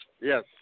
Yes